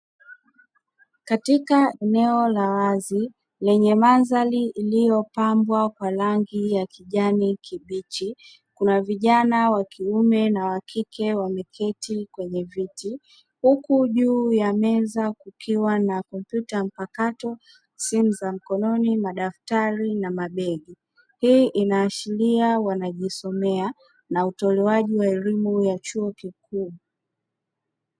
Katika eneo la wazi lenye mandhari iliyopambwa kwa rangi ya kijani kibichi, kuna vijana wa kiume na wa kike wameketi kwenye viti, huku juu ya meza kukiwa na kompyuta mpakato, simu za mkononi, madaftari na mabegi. Hii inaashiria wanajisomea na utolewaji wa elimu ya chuo kikuu.